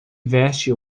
veste